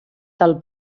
del